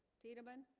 tiedemann